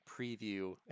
preview